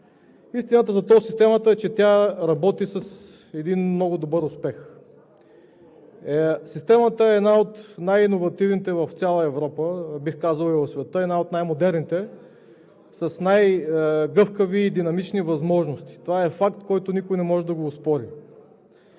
Истината за тол системата е, че тя работи с един много добър успех. Системата е една от най-иновативните в цяла Европа, бих казал, в света и е една от най-модерните, най-гъвкави и с динамични възможности. Това е факт, който никой не може да го оспори.